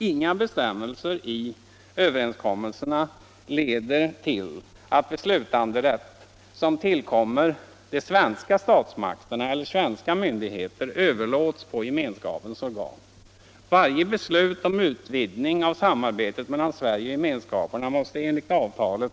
Inga bestämmelser i överenskommelserna leder till att beslutanderätt som tillkommer de svenska statsmakterna eller svenska myndigheter överlåtes på gemenskapernas organ. Varje beslut om en utvidgning av samarbetet mellan Sverige och gemenskaperna måste enligt avtalen (art.